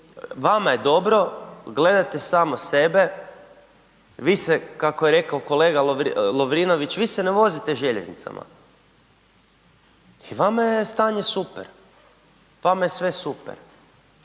vama je dobro gledate samo sebe, vi se kako je rekao kolega Lovrinović, vi se ne vozite željeznicama i vama je stanje super, vama je sve super.